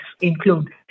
include